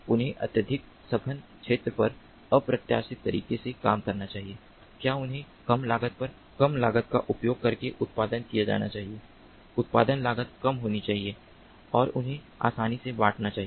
उन्हें अत्यधिक सघन क्षेत्र में अप्राप्य तरीके से काम करना चाहिए क्या उन्हें कम लागत पर कम लागत का उपयोग करके उत्पादन किया जाना चाहिए उत्पादन लागत कम होनी चाहिए और उन्हें आसानी से बांटना चाहिए